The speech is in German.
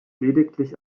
lediglich